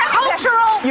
cultural